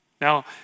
Now